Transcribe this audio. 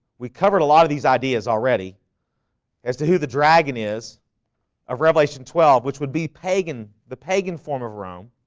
we covered a lot of these ideas already as to who the dragon is of revelation twelve, which would be pagan the pagan form of rome.